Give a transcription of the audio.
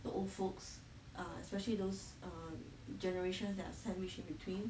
the old folks ah especially those um generations that are sandwiched in between